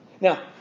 Now